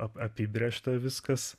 apibrėžta viskas